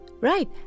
Right